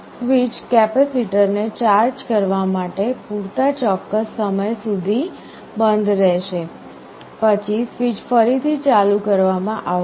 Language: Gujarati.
સ્વીચ કેપેસિટરને ચાર્જ કરવા માટે પૂરતા ચોક્કસ સમય સુધી બંધ રહેશે પછી સ્વીચ ફરીથી ચાલુ કરવામાં આવશે